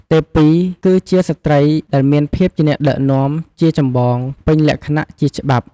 ទេពី គឺជាស្រ្តីដែលមានភាពជាអ្នកដឹកនាំជាចម្បងពេញលក្ខណៈជាច្បាប់។